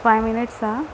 five minutes ఆ